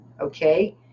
okay